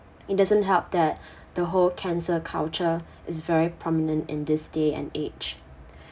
it doesn't help that the whole cancel culture is very prominent in this day and age